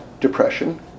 depression